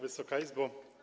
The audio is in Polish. Wysoka Izbo!